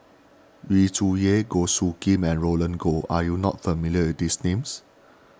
Yu Zhuye Goh Soo Khim and Roland Goh are you not familiar with these names